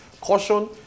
Caution